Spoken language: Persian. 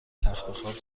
تختخواب